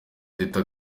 teta